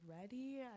ready